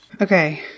Okay